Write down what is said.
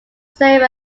sir